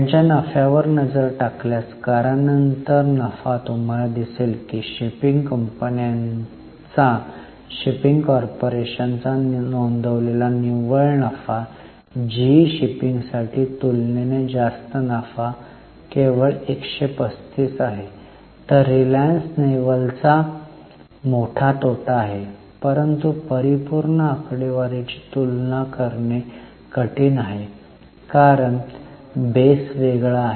त्यांच्या नफ्यावर नजर टाकल्यास करानंतर नफा तुम्हाला दिसेल की शिपिंग कंपन्यांचा शिपिंग कॉर्पोरेशनचा नोंदवलेला निव्वळ नफा जीई शिपिंगसाठी तुलनेने जास्त नफा केवळ 135 आहे तर रिलायन्स नेव्हलचा मोठा तोटा आहे परंतु परिपूर्ण आकडेवारीची तुलना करणे कठीण आहे कारण बेस वेगळा आहे